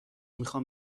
میخوام